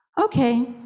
Okay